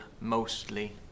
mostly